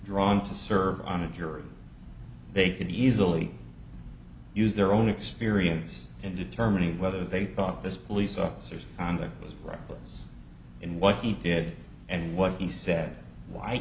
drawn to serve on a jury they can easily use their own experience in determining whether they thought this police officers found it was reckless in what he did and what he said why